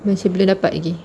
masih belum dapat lagi